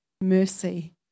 mercy